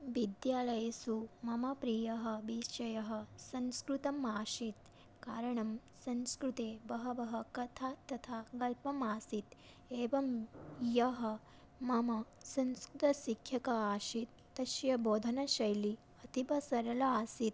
विद्यालयेषु मम प्रियविषयः संस्कृतम् आसीत् कारणं संस्कृते बहवः कथाः तथा गद्यम् आसीत् एवं यः मम संस्कृतशिक्षकः आसीत् तस्य बोधनशैली अतीव सरला आसीत्